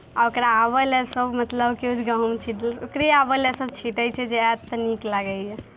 ओकरा आबय लेल सभ मतलब केओ गहूँम छिँटलक ओकरे आबय लेल सभ छीँटैत छै जे आयत तऽ नीक लागैए